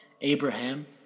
Abraham